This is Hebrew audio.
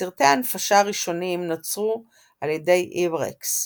סרטי ההנפשה הראשונים נוצרו על ידי איוורקס,